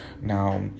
Now